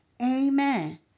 Amen